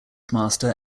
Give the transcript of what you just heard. master